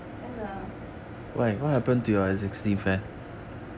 then the